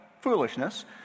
foolishness